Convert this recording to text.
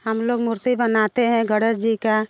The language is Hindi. हम लोग मूर्ति बनाते हैं गणेश जी का